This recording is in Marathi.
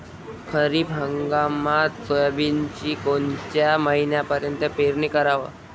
खरीप हंगामात सोयाबीनची कोनच्या महिन्यापर्यंत पेरनी कराव?